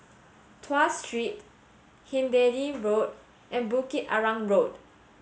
Tuas Street Hindhede Road and Bukit Arang Road